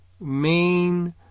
main